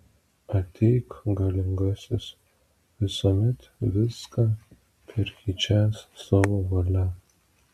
ateik galingasis visuomet viską perkeičiąs savo valia